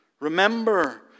remember